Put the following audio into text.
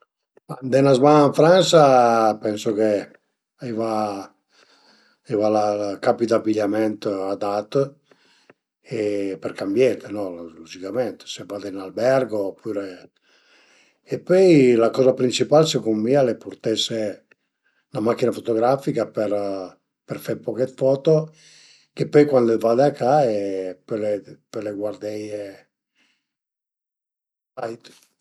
Prima dë tüt guarderìa me pusibilità finanziarie e pöi niente la macchina, comuncue, la macchina deve guardé se al e a post, varie chilometri al a, e poi ciamé cunsei anche al venditur, magari se al e ün esperto a dëvrìa, pudrìa anche dunete dë cunsei ën cicinin pi pi për fete ste ën po pi trancuil